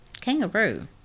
Kangaroo